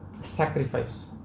sacrifice